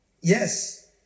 Yes